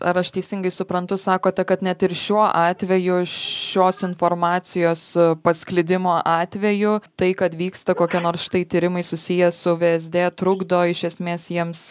ar aš teisingai suprantu sakote kad net ir šiuo atveju šios informacijos pasklidimo atveju tai kad vyksta kokie nors štai tyrimai susiję su vsd trukdo iš esmės jiems